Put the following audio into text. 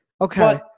Okay